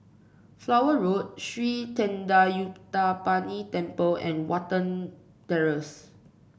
Flower Road Sri Thendayuthapani Temple and Watten Terrace